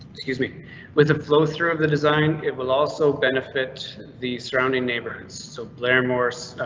excuse me with the flow through of the design, it will also benefit the surrounding neighbors, so blair morse,